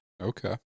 Okay